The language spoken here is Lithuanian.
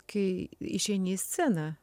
kai išeini į sceną